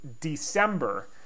December